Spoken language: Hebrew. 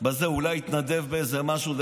אולי התנדב באיזה משהו.